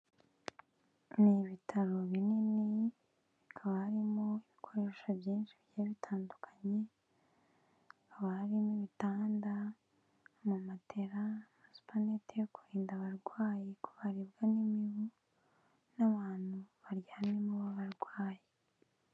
Ni ibitaro binini, hakaba harimo ibikoresho byinshi bigiye bitandukanye, hakaba harimo ibitanda, amamatera, supanete yo kurinda abarwayi ko baribwa n'imibu n'abantu baryamyemo babarwayi.